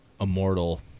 immortal